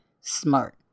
smart